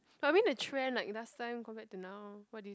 probably the trend like last time go back to now what do you